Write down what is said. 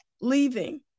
leaving